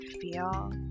feel